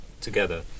together